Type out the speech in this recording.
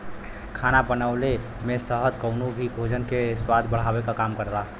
खाना बनवले में शहद कउनो भी भोजन के स्वाद बढ़ावे क काम करला